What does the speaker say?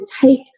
take